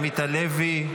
עמית הלוי,